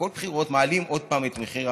כל בחירות מעלים עוד פעם את מחיר.